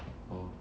oh